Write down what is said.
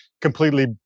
completely